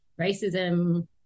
Racism